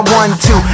one-two